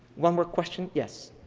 one more question? yes?